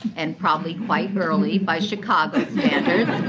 and probably quite early by chicago standards.